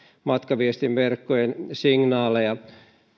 matkaviestinverkkojen signaaleja